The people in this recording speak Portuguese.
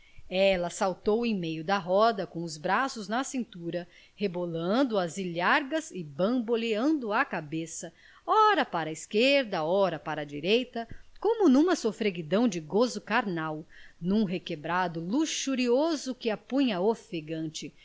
ela saltou em meio da roda com os braços na cintura rebolando as ilhargas e bamboleando a cabeça ora para a esquerda ora para a direita como numa sofreguidão de gozo carnal num requebrado luxurioso que a punha ofegante